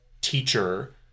teacher